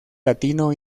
latino